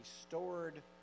stored